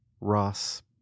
Ross